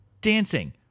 dancing